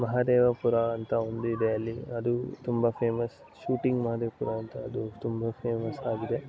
ಮಹದೇವಪುರ ಅಂತ ಒಂದು ಇದೆ ಅಲ್ಲಿ ಅದು ತುಂಬ ಫೇಮಸ್ ಶೂಟಿಂಗ್ ಮಹದೇವಪುರ ಅಂತ ಅದು ತುಂಬ ಫೇಮಸ್ ಆಗಿದೆ